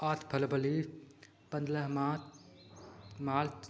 आठ फलबली पंद्रह मार्च मार्च